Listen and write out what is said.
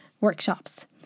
workshops